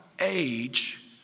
age